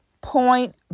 point